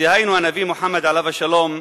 דהיינו, הנביא מוחמד עליו השלום,